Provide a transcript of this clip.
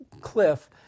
cliff